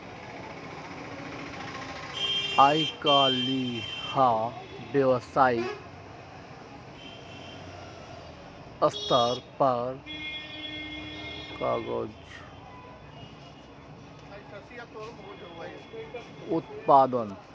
आइकाल्हि व्यावसायिक स्तर पर कागजक उत्पादन मशीनरी सं होइ छै